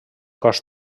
cos